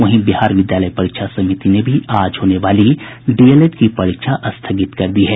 वहीं बिहार विद्यालय परीक्षा समिति ने भी आज होने वाली डीएलएड की परीक्षा स्थगित कर दी है